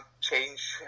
change